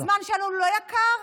הזמן שלנו לא יקר?